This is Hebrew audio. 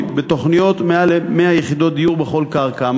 בתוכניות מעל 100 יחידות דיור בכל קרקע.